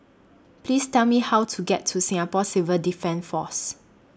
Please Tell Me How to get to Singapore Civil Defence Force